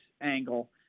angle